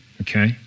okay